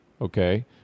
okay